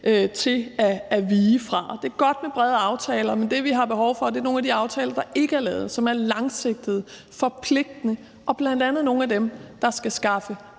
til at vige fra. Det er godt med brede aftaler, men det, vi har behov for, er nogle af de aftaler, der ikke er lavet, som er langsigtede, forpligtende, og bl.a. nogle af dem, der skal skaffe